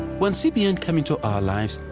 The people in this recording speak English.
when cbn came into our lives,